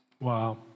Wow